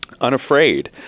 unafraid